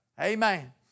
Amen